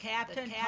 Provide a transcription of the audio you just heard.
Captain